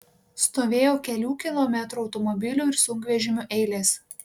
stovėjo kelių kilometrų automobilių ir sunkvežimių eilės